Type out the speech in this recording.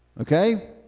Okay